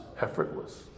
effortless